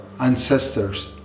ancestors